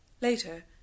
Later